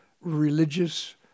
religious